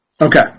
Okay